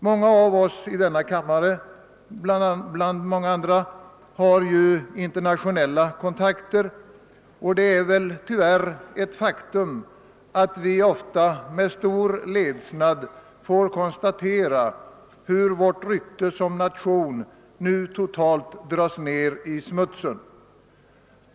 Många av oss i denna kammare har internationella kontakter, och det är tyvärr ett faktura att vi ofta med stor ledsnad får konstatera hur vårt rykte som nation nu totalt dras ned i smutsen.